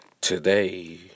Today